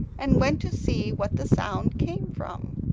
and went to see what the sound came from.